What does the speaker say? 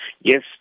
Yes